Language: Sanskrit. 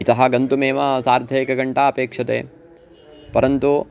इतः गन्तुमेव सार्ध एकघण्टा अपेक्षते परन्तु